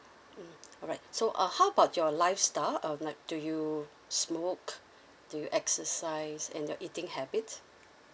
mm alright so uh how about your lifestyle um like do you smoke do you exercise and your eating habits